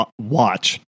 watch